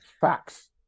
facts